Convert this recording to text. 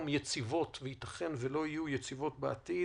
יציבות וייתכן ולא יהיה יציבות בעתיד,